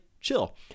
chill